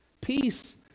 peace